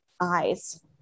eyes